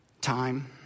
time